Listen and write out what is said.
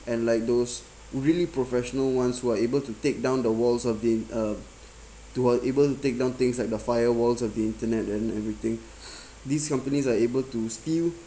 and like those really professional [one]s who are able to take down the walls of the uh to uh able take down things like the firewalls of the internet and everything these companies are able to steal